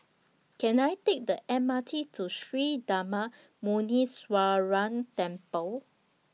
Can I Take The M R T to Sri Darma Muneeswaran Temple